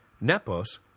Nepos